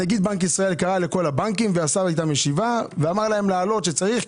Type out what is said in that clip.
נגיד בנק ישראל קרא לכל הבנקים ועשה איתם ישיבה ואמר להם להעלות שצריך,